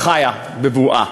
חיה בבועה,